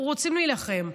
אנחנו רוצים להילחם,